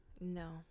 No